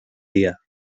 día